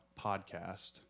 podcast